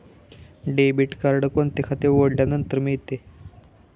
Debit card कोणते खाते उघडल्यानंतर मिळते?